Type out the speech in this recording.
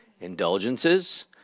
indulgences